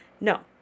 no